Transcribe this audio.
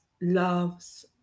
loves